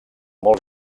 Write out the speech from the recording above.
molts